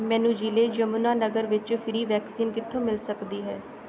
ਮੈਨੂੰ ਜ਼ਿਲ੍ਹੇ ਯਮੁਨਾਨਗਰ ਵਿੱਚ ਫ੍ਰੀ ਵੈਕਸੀਨ ਕਿੱਥੋਂ ਮਿਲ ਸਕਦੀ ਹੈ